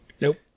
Nope